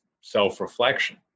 self-reflection